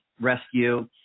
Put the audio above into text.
rescue